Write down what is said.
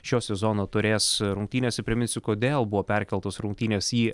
šio sezono taurės rungtynėse priminsiu kodėl buvo perkeltos rungtynės į